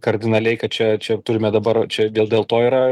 kardinaliai kad čia čia turime dabar čia dėl dėl to yra